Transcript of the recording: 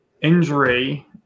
injury